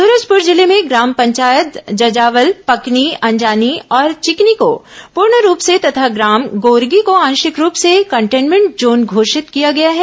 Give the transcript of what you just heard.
सूरजपुर जिले में ग्राम पंचायत जजावल पकनी अंजानी और चिकनी को पूर्ण रूप से तथा ग्राम गोरगी को आंशिक रूप से कंटेनमेंट जोन घोषित किया गया है